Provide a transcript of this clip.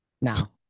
now